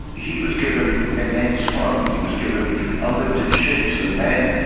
he was given immense funds, he was given unlimited ships and men.